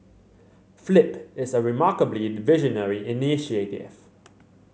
flip is a remarkably visionary initiative